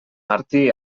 martí